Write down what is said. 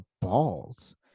balls